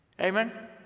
Amen